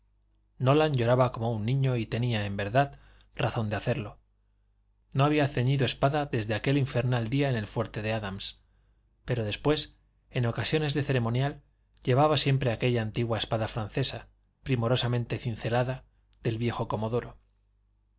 escena nolan lloraba como un niño y tenía en verdad razón de hacerlo no había ceñido espada desde aquel infernal día en el fuerte de adams pero después en ocasiones de ceremonial llevaba siempre aquella antigua espada francesa primorosamente cincelada del viejo comodoro